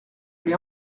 l’ai